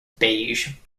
beige